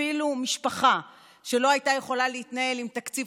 אפילו משפחה לא הייתה יכולה להתנהל עם תקציב